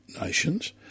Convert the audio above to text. nations